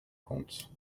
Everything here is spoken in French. compte